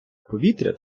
повітря